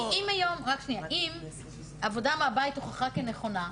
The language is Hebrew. אם עבודה מהבית הוכחה כנכונה,